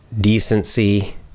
decency